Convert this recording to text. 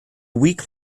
week